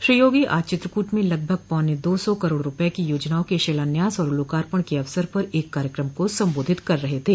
श्रो योगी आज चित्रकूट में लगभग पौने दो सौ करोड़ रूपये की योजनाओं के शिलान्यास और लोकार्पण के अवसर पर एक कार्यकम को संबोधित कर रहे थे